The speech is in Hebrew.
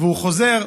הוא חוזר.